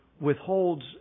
withholds